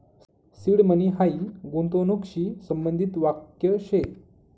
seed money हायी गूंतवणूकशी संबंधित वाक्य शे